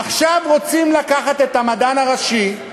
עכשיו רוצים לקחת את המדען הראשי,